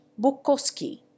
Bukowski